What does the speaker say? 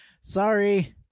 sorry